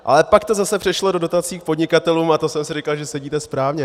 Ale pak to zase přešlo do dotací k podnikatelům a to jsem si říkal, že sedíte správně.